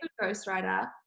ghostwriter